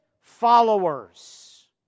followers